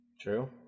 True